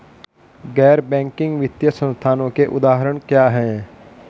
गैर बैंक वित्तीय संस्थानों के उदाहरण क्या हैं?